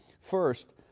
First